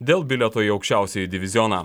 dėl bilieto į aukščiausiąjį divizioną